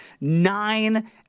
nine